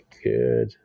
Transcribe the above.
Good